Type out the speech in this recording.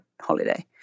holiday